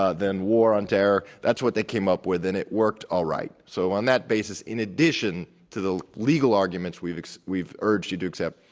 ah than war on terror. that's what they came up with, and it worked all right. so, on that basis, in addition to the legal arguments we've we've urged you to accept,